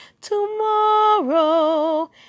tomorrow